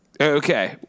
Okay